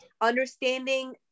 understanding